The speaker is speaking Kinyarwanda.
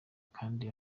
kandi